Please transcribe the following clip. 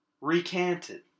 recanted